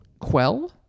quell